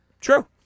True